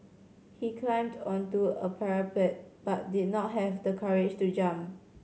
he climbed onto a parapet but did not have the courage to jump